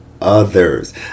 others